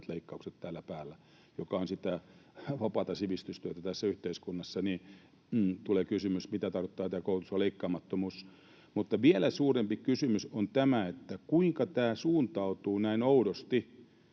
leikkaukset päällä — joka on sitä vapaata sivistystyötä tässä yhteiskunnassa. Niin että tulee kysymys, mitä tarkoittaa tämä koulutuksesta leikkaamattomuus. Mutta vielä suurempi kysymys on tämä, kuinka tämä suuntautuu näin oudosti,